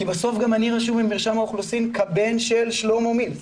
כי בסוף אני רשום במרשם האוכלוסין כבן של שלמה מילס.